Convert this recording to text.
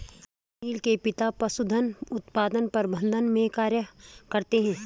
अनील के पिता पशुधन उत्पादन प्रबंधन में कार्य करते है